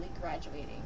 graduating